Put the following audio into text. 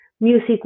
music